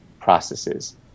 processes